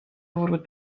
ورود